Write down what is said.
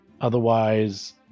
Otherwise